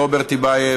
חבר הכנסת רוברט טיבייב.